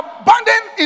abandoned